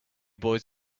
boys